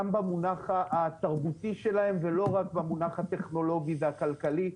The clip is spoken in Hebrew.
במונח התרבותי שלהם ולא רק במונח הטכנולוגי והכלכלי,